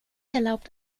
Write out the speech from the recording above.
erlaubt